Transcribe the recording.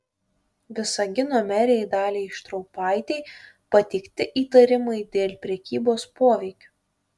visagino merei daliai štraupaitei pateikti įtarimai dėl prekybos poveikiu